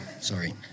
sorry